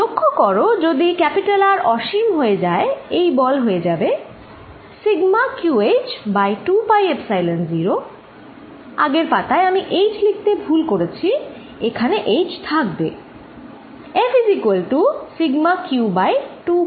লক্ষ্য করো যদি R অসীম হয়ে যায় এই বল হয়ে যাবে σqhবাই 2 পাই এপসাইলন0আগের পাতায় আমি h লিখতে ভুল করেছি এখানে h থাকবে